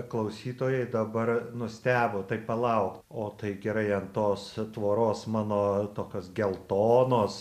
klausytojai dabar nustebo tai palau o tai gerai ant tos tvoros mano tokios geltonos